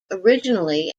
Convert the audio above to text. originally